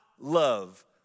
love